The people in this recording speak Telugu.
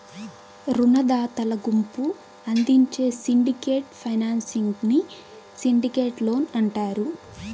రునదాతల గుంపు అందించే సిండికేట్ ఫైనాన్సింగ్ ని సిండికేట్ లోన్ అంటారు